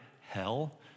hell